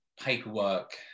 paperwork